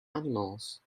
animals